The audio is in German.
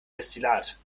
destillat